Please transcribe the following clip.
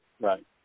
Right